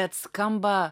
bet skamba